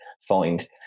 find